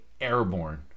airborne